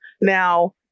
Now